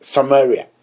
Samaria